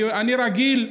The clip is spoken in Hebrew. אני רגיל,